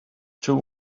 two